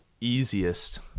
easiest